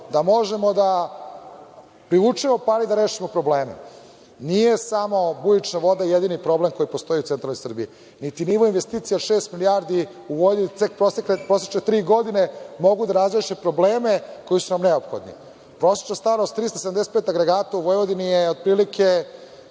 da možemo da privučemo pare i da rešimo probleme. Nije samo bujična voda jedini problem koji postoji u centralnoj Srbiji, niti nivo investicija, šest milijardi, u Vojvodini tek prosečne tri godine mogu da razreše probleme. Prosečna starost 375 agregata u Vojvodini je otprilike